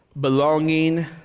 belonging